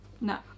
No